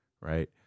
right